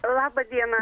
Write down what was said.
laba diena